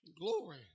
Glory